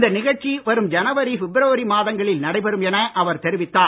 இந்த நிகழ்ச்சி வரும் ஜனவரி பிப்ரவரி மாதங்களில் நடைபெறும் என அவர் தெரிவித்தார்